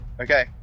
Okay